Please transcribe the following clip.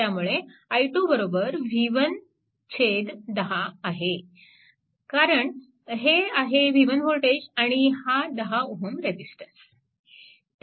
त्यामुळे i2 v1 10 कारण हे आहे v1 वोल्टेज आणि हा 10 Ω रेजिस्टन्स आहे